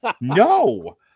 No